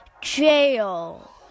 Jail